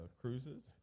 cruises